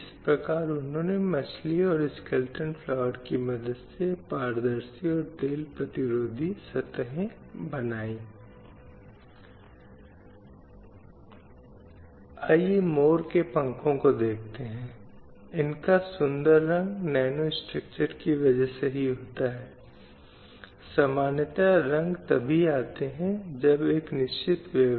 इसलिए प्रत्येक समय पर उसे विभिन्न प्रकार की हिंसा के अधीन किया जाता है और यह समाज में महिलाओं की स्थिति का एक प्रतिबिंब है कि क्या घर या बाहर समाज या राज्य महिलाओं की सुरक्षा सुनिश्चित करने में असमर्थ है